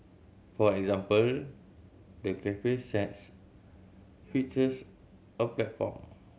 for example the cafe set features a platform